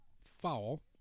foul